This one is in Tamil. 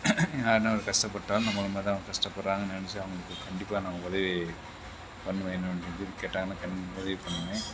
யார்ன்னா ஒரு கஷ்டபட்டாலும் நம்மளை மாதிரி தான் கஷ்டப்படுகிறாங்கனு நினைச்சி அவங்களுக்கு கண்டிப்பாக நான் உதவி பண்ணுவேன் என்ன ஒரு இது கேட்டாங்கனால் உதவி பண்ணுவேன்